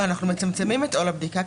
לא, אנחנו מצמצמים את עול הבדיקה.